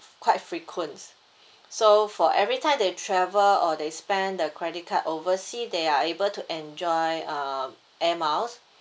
quite frequent so for every time they travel or they spend the credit card oversea they are able to enjoy uh air miles